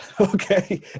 okay